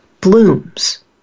blooms